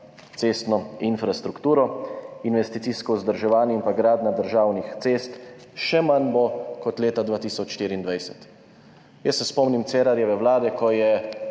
cestno infrastrukturo. Investicijsko vzdrževanje in gradnja državnih cest – še manj bo kot leta 2024. Jaz se spomnim Cerarjeve vlade – pa